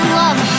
love